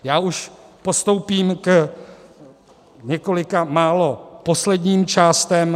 Já už postoupím k několika málo posledním částem.